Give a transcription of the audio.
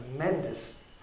tremendous